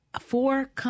four